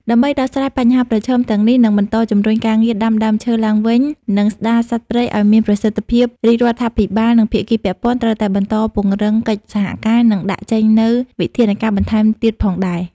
ដើម្បីដោះស្រាយបញ្ហាប្រឈមទាំងនេះ និងបន្តជំរុញការងារដាំដើមឈើឡើងវិញ និងស្ដារសត្វព្រៃឱ្យមានប្រសិទ្ធភាពរាជរដ្ឋាភិបាល និងភាគីពាក់ព័ន្ធត្រូវតែបន្តពង្រឹងកិច្ចសហការ និងដាក់ចេញនូវវិធានការបន្ថែមទៀតផងដែរ។